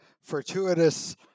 fortuitous